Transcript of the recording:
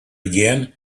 again